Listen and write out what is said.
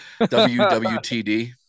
WWTD